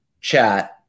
chat